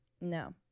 no